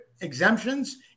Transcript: exemptions